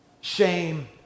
Shame